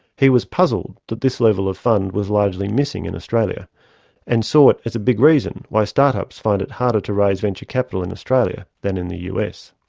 he was puzzled that this level of fund was largely missing in australia and saw it as a big reason why start-ups find it harder to raise venture capital in australia than in the us.